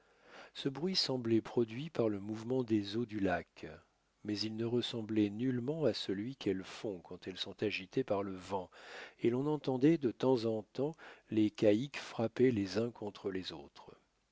ce bruit semblait produit par le mouvement des eaux du lac mais il ne ressemblait nullement à celui qu'elles font quand elles sont agitées par le vent et l'on entendait de temps en temps les caïques frapper les uns contre les autres